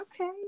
okay